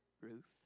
Ruth